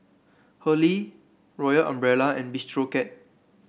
Hurley Royal Umbrella and Bistro Cat